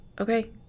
Okay